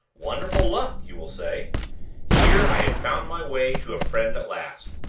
wonderful luck! you will say here i had found my way to a friend at last.